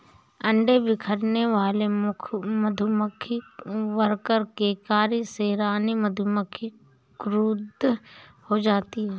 अंडे बिखेरने वाले मधुमक्खी वर्कर के कार्य से रानी मधुमक्खी क्रुद्ध हो जाती है